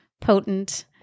potent